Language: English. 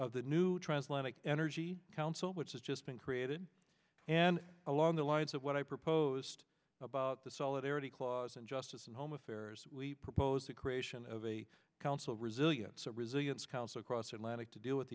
council the new transplant energy council which has just been created and along the lines of what i proposed about the solidarity clause and justice and home affairs we proposed the creation of a council resilience a resilience council across atlantic to deal with